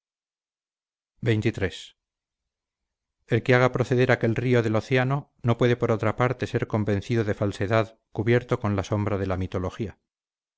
xxiii el que haga proceder aquel río del océano no puede por otra parte ser convencido de falsedad cubierto con la sombra de la mitología